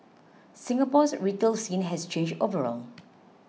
Singapore's retail scene has changed overall